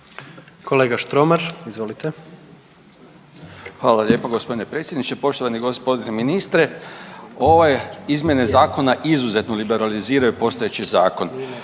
Predrag (HNS)** Hvala lijepa gospodine predsjedniče. Poštovani gospodine ministre, ove izmjene zakona izuzetno liberaliziraju postojeći zakon,